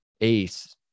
Ace